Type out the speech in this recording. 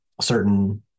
certain